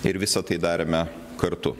ir visa tai darėme kartu